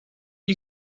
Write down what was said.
you